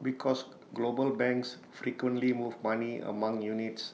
because global banks frequently move money among units